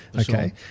Okay